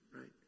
right